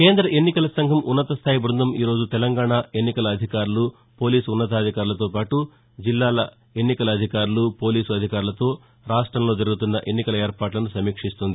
కేంద్ర ఎన్నికల సంఘం ఉన్నత స్థాయి బృందం ఈ రోజు తెలంగాణ ఎన్నికల అధికారులు పోలీసు ఉన్నతాధికారులతో పాటు జిల్లాల ఎన్నికల అధికారులు పోలీసు అధికారులతో రాష్టంలో జరుగుతున్న ఎన్నికల ఏర్పాట్లను సమీక్షిస్తుంది